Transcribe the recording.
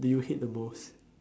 do you hate the most